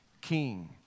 king